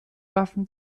waffen